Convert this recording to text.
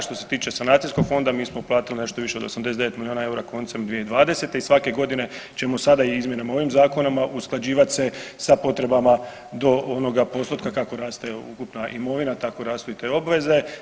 Što se tiče sanacijskog fonda mi smo uplatili nešto više od 89 milijuna eura koncem 2020. i svake godine ćemo sada i izmjenama ovog zakona usklađivat se sa potrebama do onoga postotka kako raste ukupna imovina, tako rastu i te obveze.